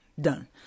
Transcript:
Done